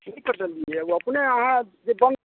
नहि कटलियैया एगो अपने अहाँ जे बम्प